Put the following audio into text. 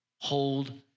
hold